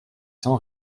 sans